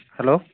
hello